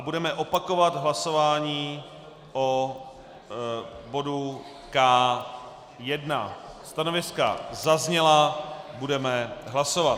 Budeme opakovat hlasování o bodu K1. Stanoviska zazněla, budeme hlasovat.